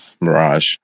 Mirage